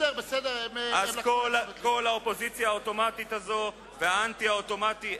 אז כל האופוזיציה האוטומטית הזו והאנטי האוטומטי,